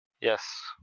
Yes